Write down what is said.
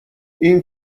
این